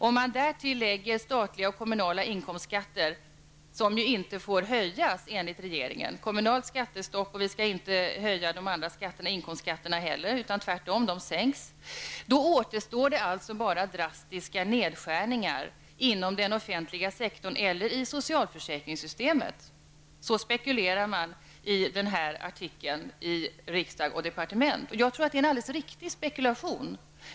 Därtill skall läggas att statliga och kommunala inkomstskatter enligt regeringen inte får höjas, utan tvärtom skall sänkas. Därmed återstår alltså bara drastiska nedskärningar inom den offentliga sektorn eller i socialförsäkringssystemet! Så spekulerar man i denna artikel i Från Riksdag & Departement. Jag tror att det är en alldeles riktig spekulation.